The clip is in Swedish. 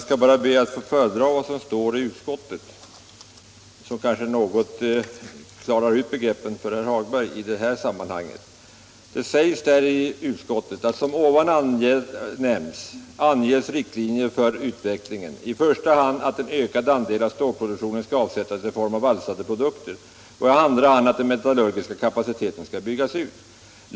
Herr talman! För att något klara ut begreppen för herr Hagberg i Borlänge skall jag be att få föredra vad som står i utskottsbetänkandet. Där står: ”Som ovan nämnts anges riktlinjer för denna utveckling, i första hand att en ökad andel av stålproduktionen skall avsättas i form av valsade produkter och i andra hand att den metallurgiska kapaciteten skall byggas ut.